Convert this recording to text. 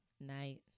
night